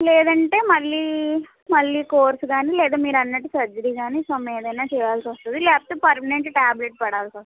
లేదంటే మళ్ళీ మళ్ళీ కోర్స్ కానీ లేదా మీరు అన్నట్టు సర్జరీ కానీ సమ్ ఏదన్న చేయాల్సి వస్తుంది లేకపోతే పర్మనెంట్ టాబ్లెట్స్ వడాల్సి వస్తుంది